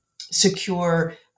secure